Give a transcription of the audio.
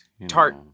tart